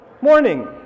Morning